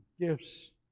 gifts